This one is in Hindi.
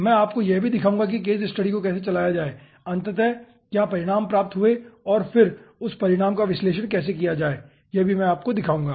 मैं आपको यह भी दिखाऊंगा कि केस स्टडी को कैसे चलाया जाए और अंततः क्या परिणाम प्राप्त हुए हैं और फिर उस परिणाम का विश्लेषण कैसे किया जाए यह भी मैं आपको दिखाऊंगा